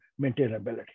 maintainability